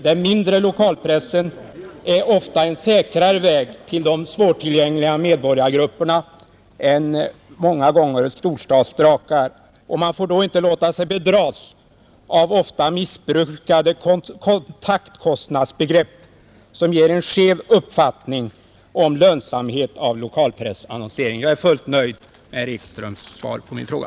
Den mindre lokalpresen är ofta en säkrare väg till de svårtillgängliga medborgargrupperna än storstadsdrakar, och man får inte låta sig bedras av ofta missbrukade kontaktkostnadsbegrepp som ger en skev uppfattning om lönsamheten av lokalpressannonsering. Jag är som sagt fullt nöjd med herr Ekströms svar på min fråga.